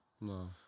No